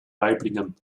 waiblingen